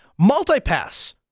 Multipass